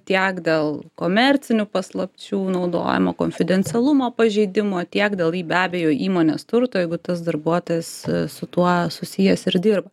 tiek dėl komercinių paslapčių naudojimo konfidencialumo pažeidimo tiek dėl į be abejo įmonės turto jeigu tas darbuotojas su tuo susijęs ir dirba